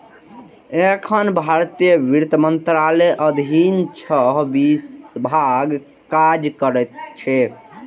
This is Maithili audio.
एखन भारतीय वित्त मंत्रालयक अधीन छह विभाग काज करैत छैक